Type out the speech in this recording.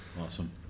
Awesome